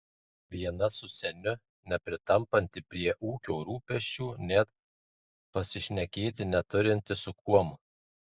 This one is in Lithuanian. viena su seniu nepritampanti prie ūkio rūpesčių net pasišnekėti neturinti su kuom